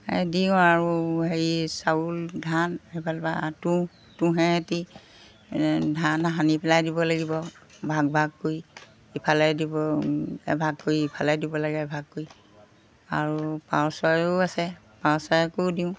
এই দিওঁ আৰু হেৰি চাউল ধান সেইফালৰপৰা তুঁহ তুঁহে সৈতে ধান সানি পেলাই দিব লাগিব ভাগ ভাগ কৰি ইফালে দিব এভাগ কৰি ইফালে দিব লাগে এভাগ কৰি আৰু পাৰ চৰাইও আছে পাৰ চৰাইকো দিওঁ